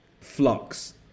flux